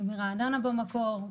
אני מרעננה במקור,